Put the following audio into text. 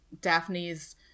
Daphne's